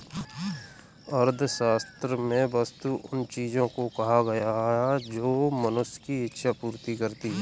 अर्थशास्त्र में वस्तु उन चीजों को कहा गया है जो मनुष्य की इक्षा पूर्ति करती हैं